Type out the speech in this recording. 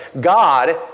God